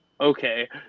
okay